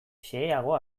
xeheago